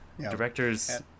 directors